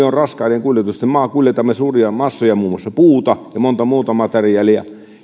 on raskaiden kuljetusten maa kuljetamme suuria massoja muun muassa puuta ja monta muuta materiaalia ja